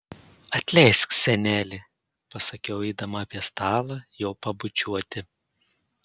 atleisk seneli pasakiau eidama apie stalą jo pabučiuoti